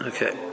Okay